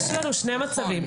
יש לנו שני מצבים.